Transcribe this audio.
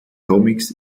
comics